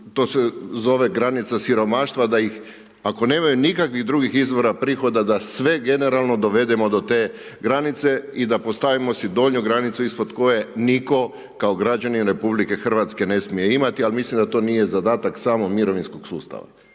to se zove granica siromaštva da ih, ako nemaju nikakvih drugih izvora prihoda, da sve generalno dovedemo do te granice i da postavimo si donju granicu ispod koje nitko kao građanin RH ne smije imati, ali mislim da to nije zadatak samo mirovinskog sustava.